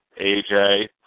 AJ